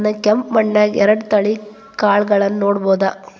ನಾನ್ ಕೆಂಪ್ ಮಣ್ಣನ್ಯಾಗ್ ಎರಡ್ ತಳಿ ಕಾಳ್ಗಳನ್ನು ನೆಡಬೋದ?